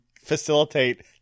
facilitate